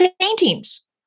paintings